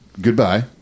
Goodbye